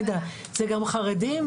זה גם חרדים,